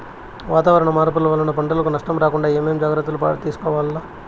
వాతావరణ మార్పులు వలన పంటలకు నష్టం రాకుండా ఏమేం జాగ్రత్తలు తీసుకోవల్ల?